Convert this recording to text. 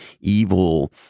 evil